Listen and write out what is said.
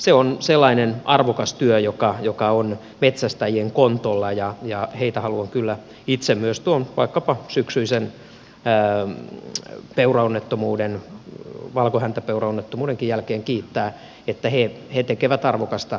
se on sellainen arvokas työ joka on metsästäjien kontolla ja heitä haluan kyllä itse myös vaikkapa tuon syksyisen valkohäntäpeuraonnettomuudenkin jälkeen kiittää että he tekevät arvokasta työtä